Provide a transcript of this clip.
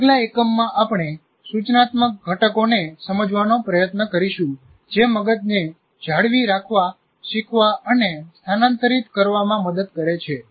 આગલા એકમમાં આપણે સૂચનાત્મક ઘટકોને સમજવાનો પ્રયત્ન કરીશું જે મગજને જાળવી રાખવા શીખવા અને સ્થાનાંતરિત કરવામાં મદદ કરે છે